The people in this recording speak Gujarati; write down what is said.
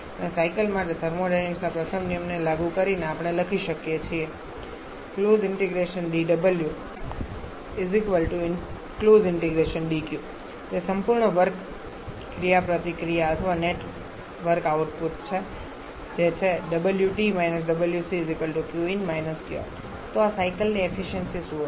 અને સાયકલ માટે થર્મોડાયનેમિક્સ ના પ્રથમ નિયમને લાગુ કરીને આપણે લખી શકીએ છીએ તે સંપૂર્ણ વર્ક ક્રિયાપ્રતિક્રિયા અથવા નેટ વર્ક આઉટપુટ છે જે છે તો આ સાયકલની એફિસયન્સિ શું હશે